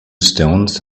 stones